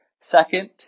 Second